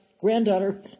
granddaughter